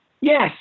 Yes